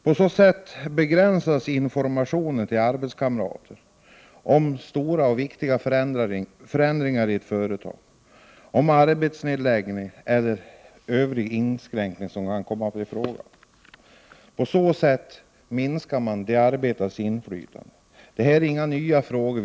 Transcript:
Genom sådan plikt begränsas Prot. 1988/89:45 informationen till arbetskamrater om stora och viktiga förändringar i ett 14 december 1988 företag, om arbetsnedläggning eller övrig inskränkning som det kan KOmMMa — Om morpnrocen tin, att bli fråga om. Därigenom minskas de arbetandes inflytande. Detta är inte någon ny fråga.